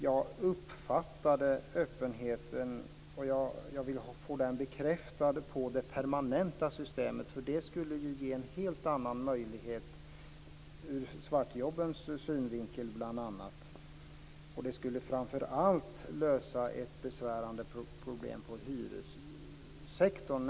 Jag uppfattade en öppenhet som jag vill få bekräftad när det gäller det permanenta systemet, för det skulle ju ge en helt annan möjlighet för att bl.a. motverka svartjobben. Det skulle framför allt lösa ett besvärande problem i hyressektorn.